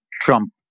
Trump